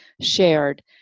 shared